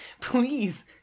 please